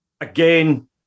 again